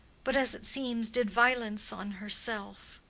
but, as it seems, did violence on herself.